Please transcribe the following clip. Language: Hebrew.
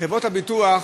חברות הביטוח